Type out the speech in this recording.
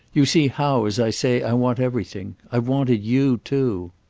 you see how, as i say, i want everything. i've wanted you too.